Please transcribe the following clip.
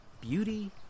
beauty